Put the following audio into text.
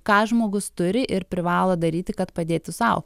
ką žmogus turi ir privalo daryti kad padėtų sau